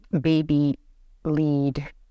baby-lead